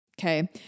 okay